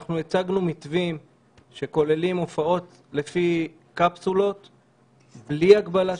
אנחנו כאן כדי לעזור לכם --- כי --- לא מבינה דרך אחרת.